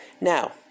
now